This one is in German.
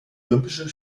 olympische